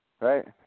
Right